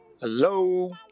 Hello